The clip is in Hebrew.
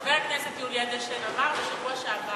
חבר הכנסת יולי אדלשטיין אמר בשבוע שעבר